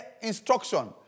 instruction